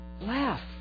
Laugh